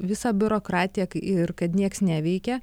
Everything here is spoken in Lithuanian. visą biurokratiją ir kad nieks neveikia